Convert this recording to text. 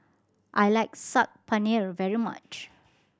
I like Saag Paneer very much